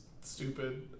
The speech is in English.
stupid